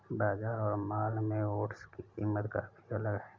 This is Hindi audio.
बाजार और मॉल में ओट्स की कीमत काफी अलग है